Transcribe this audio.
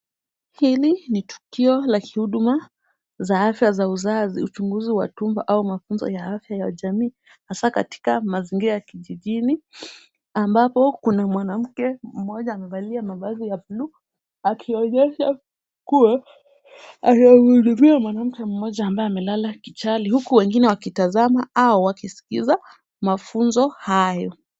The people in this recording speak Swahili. Hili ni tukio la kihuduma za afya za uzazi, uchunguzi wa tumbo au mafunzo ya afya ya jamii hasa katika mazingira ya kijijini ambapo kuna mwanamke mmoja amevalia mavazi ya bluu, akionyesha kuwa anamhudumia mwanamke mmoja ambaye amelala chali huku wengine wakitazama au wakiskiza mafunzo hayo.